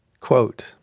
Quote